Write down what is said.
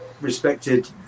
respected